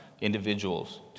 individuals